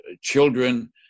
children